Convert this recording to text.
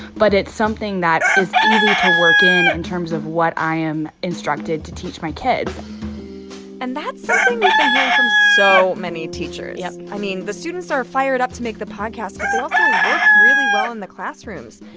but it's something that is easy to work in in terms of what i am instructed to teach my kids and that's something we've been hearing from so many teachers yep i mean, the students are fired up to make the podcast, but they also work really well in the classrooms.